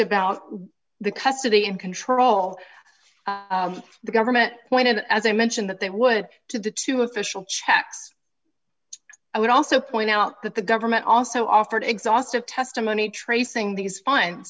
about the custody and control the government pointed out as i mentioned that they would to the two official checks i would also point out that the government also offered exhaustive testimony tracing these fin